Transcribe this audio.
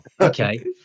Okay